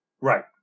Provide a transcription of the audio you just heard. Right